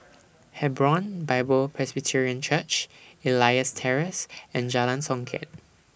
Hebron Bible Presbyterian Church Elias Terrace and Jalan Songket